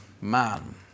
man